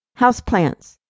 Houseplants